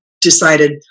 decided